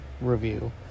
review